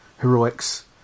heroics